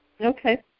Okay